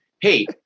Hey